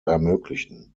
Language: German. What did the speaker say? ermöglichen